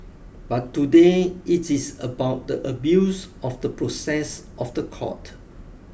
but today it is about the abuse of the process of the court